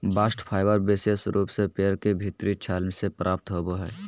bast fibre विशेष रूप से पेड़ के भीतरी छाल से प्राप्त होवो हय